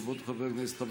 חברות וחברי הכנסת,